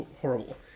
horrible